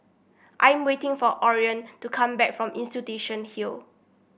I'm waiting for Orion to come back from Institution Hill